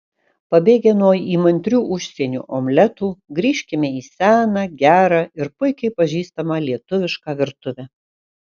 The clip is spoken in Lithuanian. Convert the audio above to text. pabėgę nuo įmantrių užsienio omletų grįžkime į seną gerą ir puikiai pažįstamą lietuvišką virtuvę